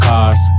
Cars